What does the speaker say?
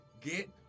get